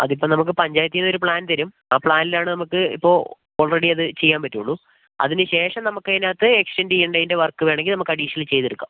അത് ഇപ്പോൾ നമുക്ക് പഞ്ചായത്തിൽ നിന്ന് ഒരു പ്ലാൻ തരും ആ പ്ലാനിൽ ആണ് നമുക്ക് ഇപ്പോൾ ഓൾറെഡി അത് ചെയ്യാൻ പറ്റുള്ളൂ അതിന് ശേഷം നമുക്ക് അതിനകത്ത് എക്സ്റ്റൻഡ് ചെയ്യേണ്ട വർക്ക് വേണമെങ്കിൽ നമുക്ക് അഡീഷണൽ ചെയ്തെടുക്കാം